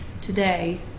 today